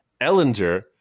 Ellinger